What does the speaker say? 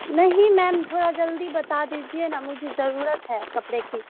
نہیں میم تھوڑا جلدی بتا دیجیے نا مجھے ضرورت ہے کپڑے کی